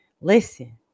listen